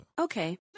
Okay